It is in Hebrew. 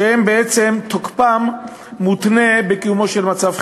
שבעצם תוקפם מותנה בקיומו של מצב חירום.